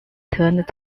turned